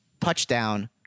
Touchdown